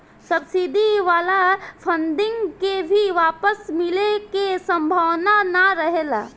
subsidy वाला funding के भी वापस मिले के सम्भावना ना रहेला